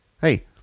Hey